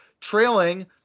trailing